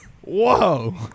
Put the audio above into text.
Whoa